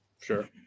Sure